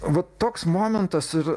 vat toks momentas ir